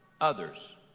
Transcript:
others